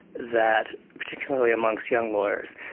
that particularly amongst young lawyers,